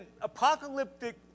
apocalyptic